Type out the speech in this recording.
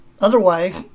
Otherwise